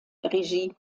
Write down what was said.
regie